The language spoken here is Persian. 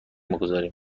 بگذاریم